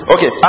Okay